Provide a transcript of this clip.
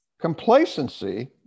Complacency